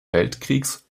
weltkriegs